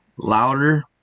louder